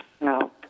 no